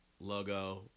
logo